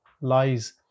lies